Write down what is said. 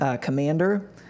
commander